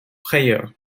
prayer